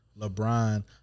LeBron